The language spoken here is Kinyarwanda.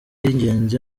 y’ingenzi